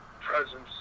presence